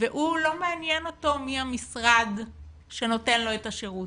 ולא מעניין אותו מי המשרד שנותן לו את השירות,